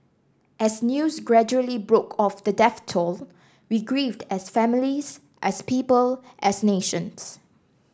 as news gradually broke of the death toll we grieved as families as people as nations